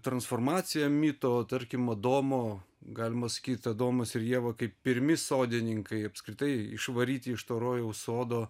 transformacija mito tarkim adomo galima sakyt domas ir ieva kaip pirmi sodininkai apskritai išvaryti iš to rojaus sodo